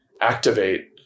activate